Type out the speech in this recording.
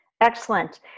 Excellent